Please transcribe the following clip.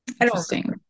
interesting